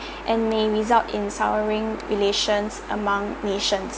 and may result in relations among nations